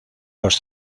los